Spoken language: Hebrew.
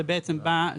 זה בעצם בא,